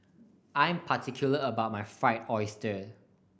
I'm particular about my Fried Oyster